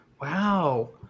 Wow